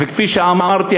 וכפי שאמרתי,